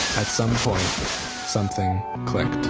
at some point something clicked.